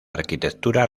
arquitectura